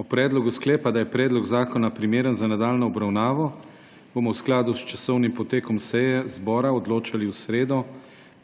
O predlogu sklepa, da je predlog zakona primeren za nadaljnjo obravnavo, bomo v skladu s časovnim potekom seje odločali v okviru glasovanj v